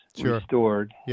restored